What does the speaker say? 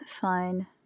fine